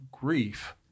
grief